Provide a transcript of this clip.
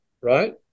right